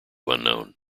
unknown